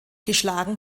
geschlagen